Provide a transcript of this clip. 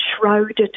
shrouded